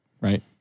right